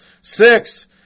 Six